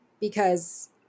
Because-